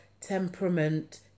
temperament